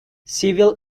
civil